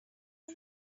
who